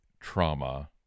trauma